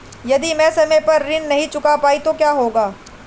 यदि मैं समय पर ऋण नहीं चुका पाई तो क्या होगा?